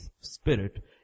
spirit